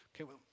Okay